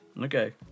Okay